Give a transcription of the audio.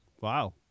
Wow